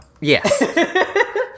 Yes